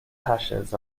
ashes